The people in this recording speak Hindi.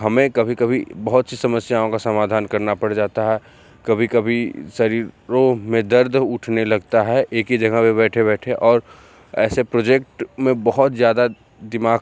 हमें कभी कभी बहुत सी समस्याओं का समाधान करना पड़ जाता है कभी कभी शरीरों में दर्द उठने लगता है एक ही जगह पे बैठे बैठे और ऐसे प्रोजेक्ट में बहुत ज़्यादा दिमाग